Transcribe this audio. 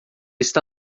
está